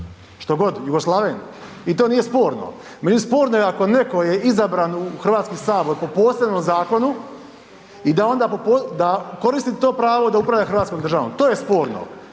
što god, Jugoslaven, i to nije sporno. …/Govornik se ne razumije/… je sporno ako neko je izabran u HS po posebnom zakonu i da onda koristi to pravo da upravlja hrvatskom državom, to je sporno